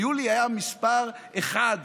יולי היה מספר אחת